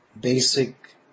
basic